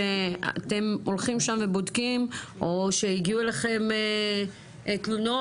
שאתם הולכים שם ובודקים או שהגיעו אליכם תלונות,